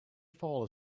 fall